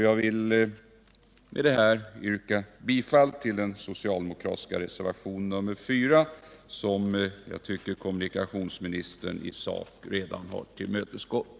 Jag vill med dessa ord yrka bifall till den socialdemokratiska reservationen 4, som jag tycker att kommunikationsministern i sak redan har tillmötesgått.